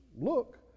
Look